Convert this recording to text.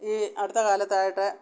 ഈ അടുത്ത കാലത്തായിട്ട്